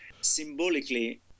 Symbolically